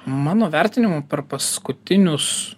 mano vertinimu per paskutinius